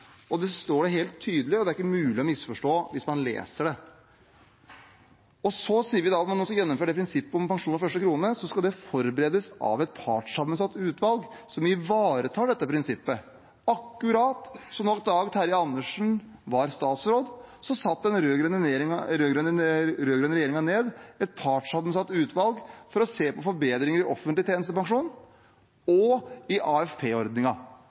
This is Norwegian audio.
Det står helt tydelig, og det er ikke mulig å misforstå hvis man leser det. Så sier vi at når man skal gjennomføre prinsippet om pensjon fra første krone, skal det forberedes av et partssammensatt utvalg som ivaretar dette prinsippet, akkurat som da Dag Terje Andersen var statsråd. Da satte den rød-grønne regjeringen ned et partssammensatt utvalg – ledet av Dag Terje Andersen – for å se på forbedringer i offentlig tjenestepensjon og i